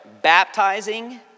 Baptizing